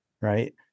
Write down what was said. right